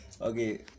Okay